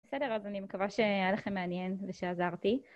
בסדר, אז אני מקווה שהיה לכם מעניין ושעזרתי.